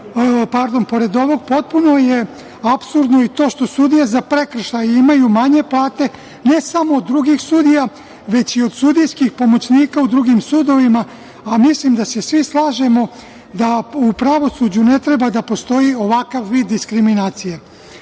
porodice. Pored ovog, potpuno je apsurdno i to što sudije za prekršaje imaju manje plate ne samo od drugih sudija, već i od sudijskih pomoćnika u drugim sudovima, a mislim da se svi slažemo da u pravosuđu ne treba da postoji ovakav vid diskriminacije.